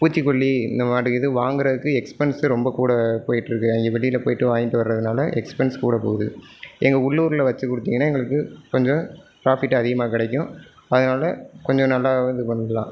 பூச்சுக்கொல்லி இந்த மாட்டு இது வாங்குறதுக்கு வந்து எக்ஸ்பென்ஸு ரொம்ப கூட போய்ட்ருக்கு அவங்க வெளியில் போய்ட்டு வாங்கிகிட்டு வர்துனால எக்ஸ்பென்ஸ் கூட போகுது எங்கள் உள்ளூரில் வச்சு கொடுத்தீங்கனா எங்களுக்கு கொஞ்சம் பிராஃபிட்டு அதிகமாக கிடைக்கும் அதனால கொஞ்சம் நல்லா இது பண்ணலாம்